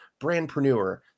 Brandpreneur